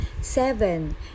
seven